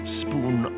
spoon